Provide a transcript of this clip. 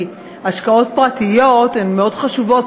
כי השקעות פרטיות הן מאוד חשובות,